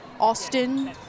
Austin